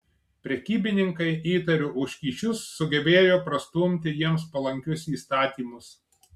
prekybininkai įtariu už kyšius sugebėjo prastumti jiems palankius įstatymus